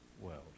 world